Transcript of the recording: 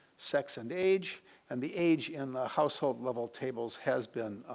sex and age and the age in the household level tables has been